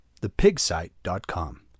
thepigsite.com